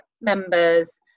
members